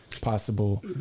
possible